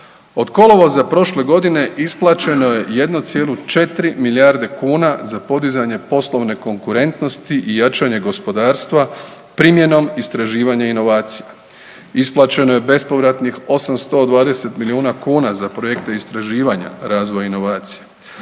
Od kolovoza prošle godine isplaćeno je 1,4 milijarde kuna za podizanje poslovne konkurentnosti i jačanje gospodarstva primjenom istraživanja i inovacija. Isplaćeno je bespovratnih 820 milijuna kuna za projekte istraživanja razvoja inovacija